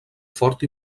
fort